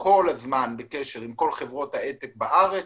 כל הזמן בקשר עם כל חברות ההי-טק בארץ.